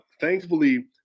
thankfully